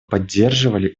поддерживали